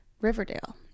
Riverdale